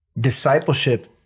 Discipleship